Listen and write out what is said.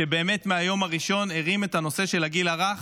שבאמת מהיום הראשון הרים את הנושא של הגיל הרך.